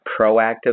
proactive